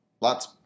Lots